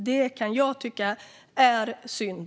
Det kan jag tycka är synd.